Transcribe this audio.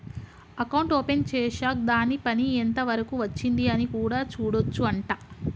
account open చేశాక్ దాని పని ఎంత వరకు వచ్చింది అని కూడా చూడొచ్చు అంట